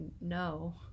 no